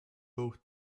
both